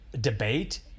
debate